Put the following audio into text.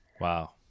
Wow